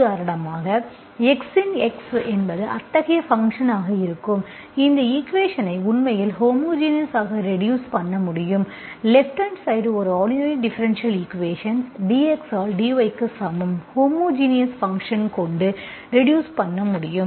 உதாரணமாக x இன் x என்பது அத்தகைய ஃபங்க்ஷன் ஆக இருக்கும் இந்த ஈக்குவேஷன்ஸ்ஐ உண்மையில் ஹோமோஜினஸ் ஆக ரெடியூஸ் பண்ண முடியும் லேப்ட் ஹாண்ட் சைடு ஒரு ஆர்டினரி டிஃபரென்ஷியல் ஈக்குவேஷன்ஸ் dx ஆல் dy க்கு சமம் ஹோமோஜினஸ் ஃபங்க்ஷன் கொண்டு ரெடியூஸ் பண்ண முடியும்